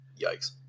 Yikes